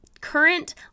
current